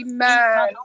Amen